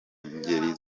ngeri